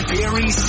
Barry